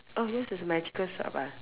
oh yours is a magical shop ah